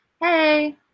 hey